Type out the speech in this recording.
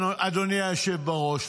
אדוני היושב בראש,